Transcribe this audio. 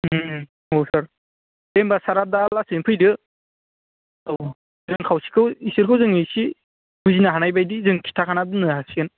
औ सार दे होनबा सारा दा लासैनो फैदो औ जों खावसेखौ बिसोरखौ जों इसे बुजिनो हानायबायदि जों खिथाखाना जों दोननो हासिगोन